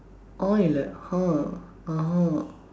all he like !huh! (uh huh)